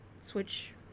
switch